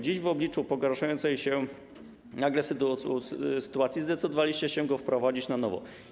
Dziś w obliczu pogarszającej się nagle sytuacji zdecydowaliście się go wprowadzić na nowo.